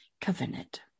covenant